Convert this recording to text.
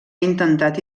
intentat